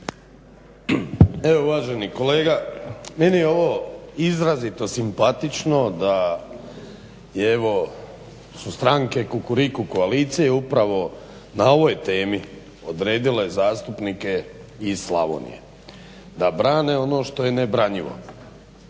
Evo uvaženi kolega. Meni je ovo izrazito simpatično da je evo su stranke sa Kukuriku koalicije upravo na ovoj temi odredile zastupnike iz Slavonije da brane ono što je nebranjivo